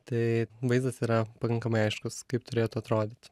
tai vaizdas yra pakankamai aiškus kaip turėtų atrodyti